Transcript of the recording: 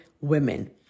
women